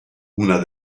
una